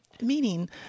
Meaning